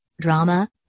drama